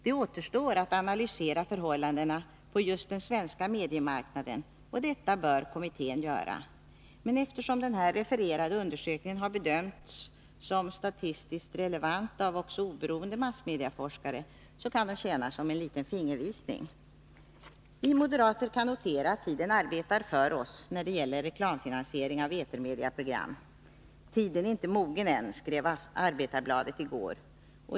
Det återstår att analysera förhållandena på just den svenska mediemarkna 103 den, och detta bör kommittén göra. Men eftersom den refererade undersökningen har bedömts som statistiskt relevant också av oberoende massmedieforskare, bör den kunna tjäna som en liten fingervisning. Vi moderater kan notera att tiden arbetar för oss när det gäller reklamfinansiering av etermedieprogram. Tiden är inte mogen än, skrev Arbetarbladet i går.